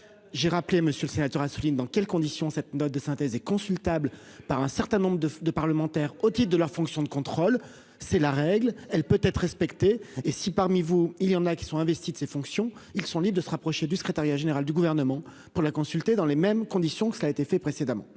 J'ai rappelé monsieur le sénateur Assouline dans quelles conditions cette note de synthèse et consultable par un certain nombre de de parlementaires otite de leur fonction de contrôle. C'est la règle, elle peut être respectées et si parmi vous il y en a qui sont investis de ses fonctions. Ils sont litres de se rapprocher du secrétariat général du gouvernement pour la consulter dans les mêmes conditions que cela a été fait précédemment.